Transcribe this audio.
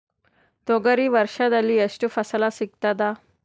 ತೊಗರಿ ವರ್ಷದಲ್ಲಿ ಎಷ್ಟು ಫಸಲ ಸಿಗತದ?